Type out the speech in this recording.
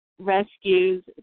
rescues